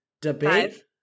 debate